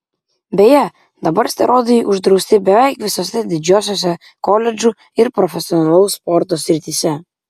beje dabar steroidai uždrausti beveik visose didžiosiose koledžų ir profesionalaus sporto srityse